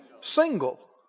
Single